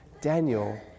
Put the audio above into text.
Daniel